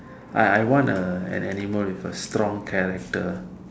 I I want a an animal with a strong character